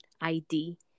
ID